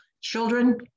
children